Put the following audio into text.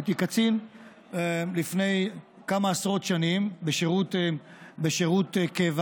הייתי קצין לפני כמה עשרות שנים בשירות קבע,